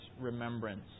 remembrance